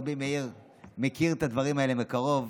רבי מאיר מכיר את הדברים האלה מקרוב,